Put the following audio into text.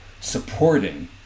supporting